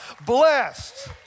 blessed